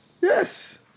Yes